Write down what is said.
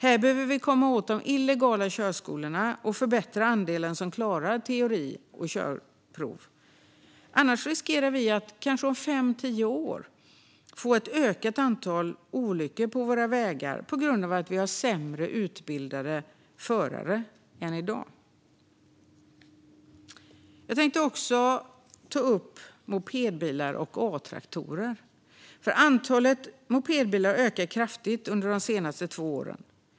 Här behöver vi komma åt de illegala körskolorna och förbättra andelen som klarar teori och körprov. Annars riskerar vi att om kanske fem tio år få ett ökat antal olyckor på våra vägar på grund av att vi har sämre utbildade förare än i dag. Jag tänkte också ta upp frågan om mopedbilar och A-traktorer. Antalet mopedbilar har ökat kraftigt under de senaste två åren.